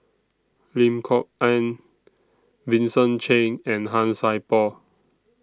Lim Kok Ann Vincent Cheng and Han Sai Por